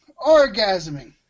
Orgasming